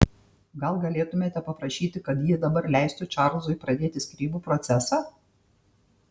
gal galėtumėte paprašyti kad ji dabar leistų čarlzui pradėti skyrybų procesą